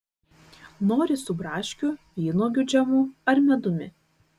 nori su braškių vynuogių džemu ar medumi